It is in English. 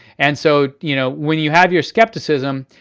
and so you know when you have your skepticism,